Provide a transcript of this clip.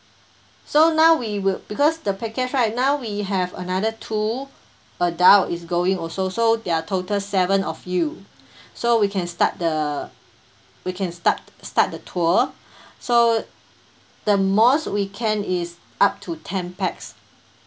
so now we will because the package right now we have another two adult is going also so there are total seven of you so we can start the we can start start the tour so the most we can is up to ten pax